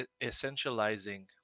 essentializing